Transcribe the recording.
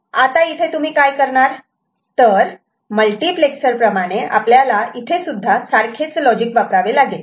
आता इथे तुम्ही काय करणार तर मल्टिप्लेक्सर प्रमाणे आपल्याला इथेसुद्धा सारखेच लॉजिक वापरावे लागेल